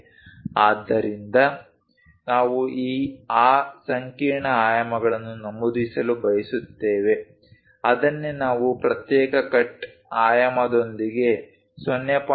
ಆದ್ದರಿಂದ ನಾವು ಆ ಸಂಕೀರ್ಣ ಆಯಾಮಗಳನ್ನು ನಮೂದಿಸಲು ಬಯಸುತ್ತೇವೆ ಅದನ್ನೇ ನಾವು ಪ್ರತ್ಯೇಕ ಕಟ್ ಆಯಾಮದೊಂದಿಗೆ 0